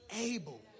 able